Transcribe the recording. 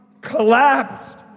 collapsed